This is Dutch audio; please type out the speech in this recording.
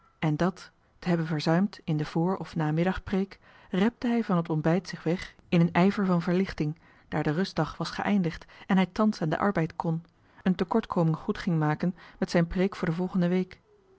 en dat te hebben verzuimd in de voorof namiddagpreek repte hij van het ontbijt zich weg in een ijver van verlichting daar de rustdag was geëindigd en hij thans aan den arbeid kon een tekortkoming goed ging maken met zijn preek voor de volgende week